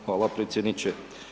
Hvala predsjedniče.